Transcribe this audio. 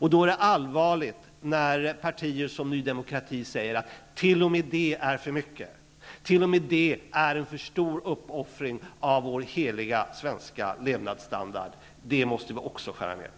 Då är det allvarligt när partier som Ny demokrati säger att t.o.m. det är för mycket, att t.o.m. det är en för stor uppoffring för vår heliga svenska levnadsstandard -- det måste vi också skära ned på.